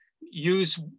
use